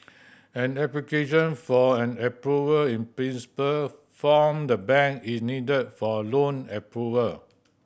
an application for an Approval in Principle from the bank is needed for loan approval